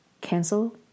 cancel